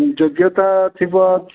ଯୋଗ୍ୟତା ଥିବ